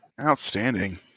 outstanding